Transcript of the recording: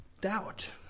doubt